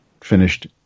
finished